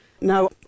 Now